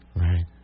Right